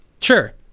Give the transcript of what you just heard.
Sure